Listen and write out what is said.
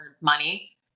money